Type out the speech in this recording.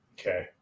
okay